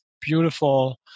beautiful